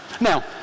Now